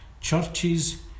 churches